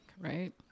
right